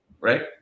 right